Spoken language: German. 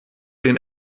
den